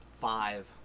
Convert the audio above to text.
five